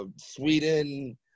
Sweden